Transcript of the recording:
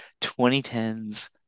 2010's